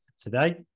Today